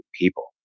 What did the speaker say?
people